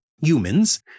humans